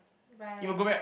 right